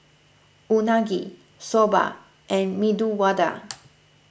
Unagi Soba and Medu Vada